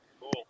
Cool